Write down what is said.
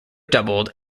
doubled